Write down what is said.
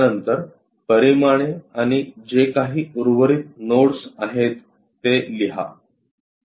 त्यानंतर परिमाणे आणि जे काही उर्वरित नोड्स आहेत ते लिहा